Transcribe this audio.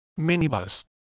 minibus